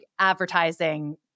advertising